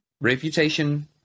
reputation